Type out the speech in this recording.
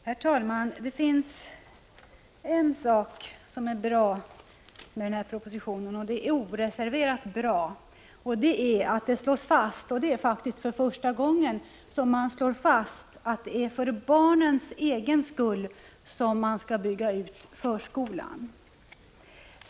Herr talman! Det finns en sak som jag oreserverat kan säga är bra med propositionen, nämligen att det slås fast — och det är faktiskt för första gången — att det är för barnens egen skull som vi skall bygga ut förskolan.